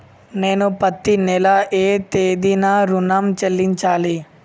నేను పత్తి నెల ఏ తేదీనా ఋణం చెల్లించాలి?